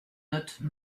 notes